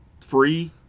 free